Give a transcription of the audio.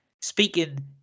speaking